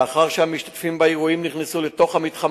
לאחר שהמשתתפים באירועים נכנסו למתחם